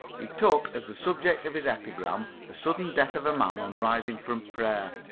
he took as the subject of his epigram the sudden death of a man on rising from prayer.